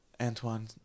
Antoine